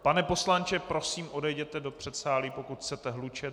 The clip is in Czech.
Pane poslanče, prosím, odejděte do předsálí, pokud chcete hlučet.